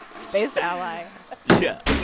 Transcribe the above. space ally yeah.